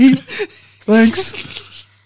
Thanks